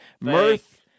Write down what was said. mirth